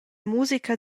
musica